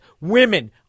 women